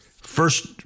first